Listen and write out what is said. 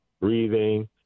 breathing